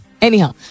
Anyhow